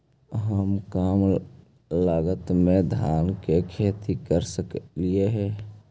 हम कम लागत में धान के खेती कर सकहिय?